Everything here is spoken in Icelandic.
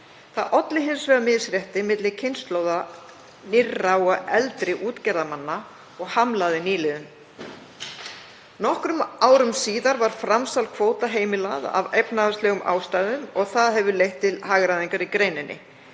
Það olli hins vegar misrétti milli kynslóða nýrra og eldri útgerðarmanna og hamlaði nýliðun. Nokkrum árum síðar var framsal kvóta heimilað af efnahagslegum ástæðum og það hefur leitt til hagræðingar í greininni.